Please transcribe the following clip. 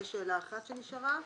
זו שאלה אחת שנשארה.